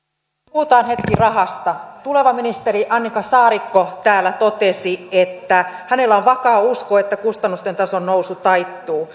puhutaan hetki rahasta tuleva ministeri annika saarikko täällä totesi että hänellä on vakaa usko että kustannusten tason nousu taittuu